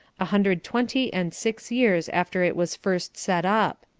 a hundred twenty and six years after it was first set up.